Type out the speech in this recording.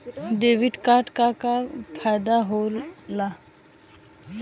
Debit card क का फायदा हो ला?